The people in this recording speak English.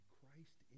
Christ